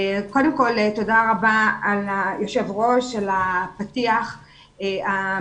קודם כל תודה רבה היושב ראש על הפתיח המעודד